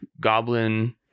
Goblin